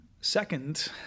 Second